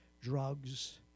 drugs